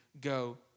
go